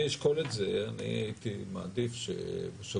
שלאחר מספר שנים ראוי לחזור למתווה